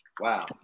Wow